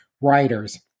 writers